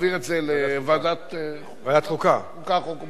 להעביר את זה לוועדת החוקה, חוק ומשפט.